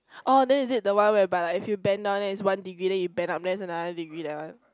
orh then is it the one whereby like if you bend down then it's one degree then you bend up it's another degree that one